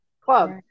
club